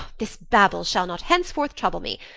this babble shall not henceforth trouble me.